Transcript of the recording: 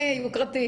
יקרה.